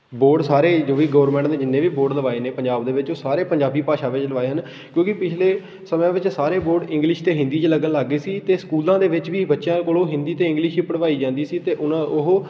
board ਸਾਰੇ ਜੋ ਵੀ ਗੋਵਰਮੈਂਟ ਨੇ ਜਿੰਨੇ ਵੀ ਬੋਰਡ ਲਵਾਏ ਨੇ ਪੰਜਾਬ ਦੇ ਵਿੱਚ ਉਹ ਸਾਰੇ ਪੰਜਾਬੀ ਭਾਸ਼ਾ ਵਿੱਚ ਲਵਾਏ ਹਨ ਕਿਉਂਕਿ ਪਿਛਲੇ ਸਮਿਆਂ ਵਿੱਚ ਸਾਰੇ ਬੋਰਡ ਇੰਗਲਿਸ਼ ਅਤੇ ਹਿੰਦੀ 'ਚ ਲੱਗਣ ਲੱਗ ਗਏ ਸੀ ਅਤੇ ਸਕੂਲਾਂ ਦੇ ਵਿੱਚ ਵੀ ਬੱਚਿਆਂ ਕੋਲੋਂ ਹਿੰਦੀ ਅਤੇ ਇੰਗਲਿਸ਼ ਹੀ ਪੜ੍ਹਵਾਈ ਜਾਂਦੀ ਸੀ ਅਤੇ ਉਹਨਾਂ ਉਹ